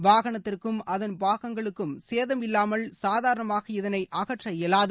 வாகனத்திற்கும் அதன் பாகங்களுக்கும் சேதம் இல்லாமல் சாதாரணமாக இதனை அகற்ற இயலாது